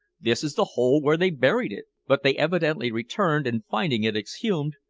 this is the hole where they buried it! but they evidently returned, and finding it exhumed,